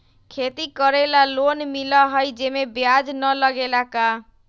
खेती करे ला लोन मिलहई जे में ब्याज न लगेला का?